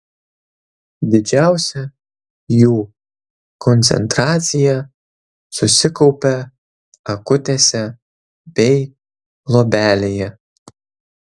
didžiausia jų koncentracija susikaupia akutėse bei luobelėje